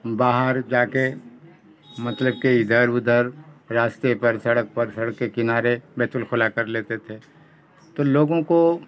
باہر جا کے مطلب کہ ادھر ادھر راستے پرسڑک پر سڑک کے کنارے بیت الخلا کر لیتے تھے تو لوگوں کو